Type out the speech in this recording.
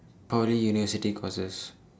Poly university courses